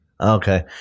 Okay